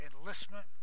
enlistment